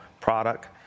product